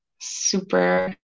super